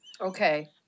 Okay